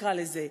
נקרא לזה,